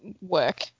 work